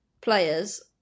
players